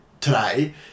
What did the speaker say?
today